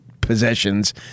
possessions